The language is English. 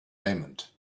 raymond